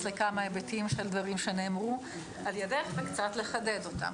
לכמה דברים שנאמרו על ידך וקצת לחדד אותם.